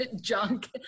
junk